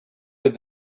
with